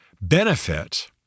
benefit